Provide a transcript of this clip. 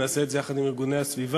נעשה את זה יחד עם ארגוני הסביבה,